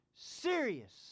serious